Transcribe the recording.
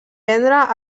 vendre